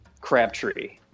Crabtree